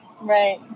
Right